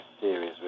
series